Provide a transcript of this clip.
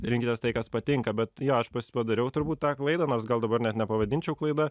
rinkitės tai kas patinka bet jo aš pats padariau turbūt tą klaidą nors gal dabar net nepavadinčiau klaida